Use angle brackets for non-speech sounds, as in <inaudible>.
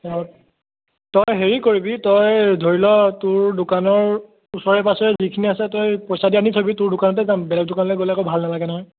<unintelligible> তই হেৰি কৰিবি তই ধৰি ল তোৰ দোকানৰ ওচৰে পাঁজৰে যিখিনি আছে তই পইচা দি আনি থ'বি তোৰ দোকানতে যাম বেলেগ দোকানলৈ গ'লে আকৌ ভাল নালাগে নহয়